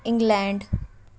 England